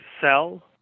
sell